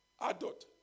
Adult